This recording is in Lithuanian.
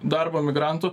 darbo migrantų